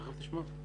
אתה תשמע.